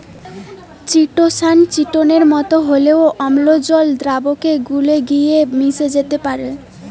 chitosan চিটোনের মতো হলেও অম্লজল দ্রাবকে গুলে গিয়ে মিশে যেতে পারেল